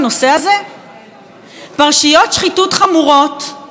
פרשיות שחיתות חמורות נגד ראש הממשלה,